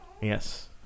yes